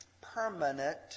permanent